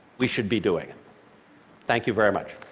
we should be doing thank you very much.